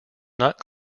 not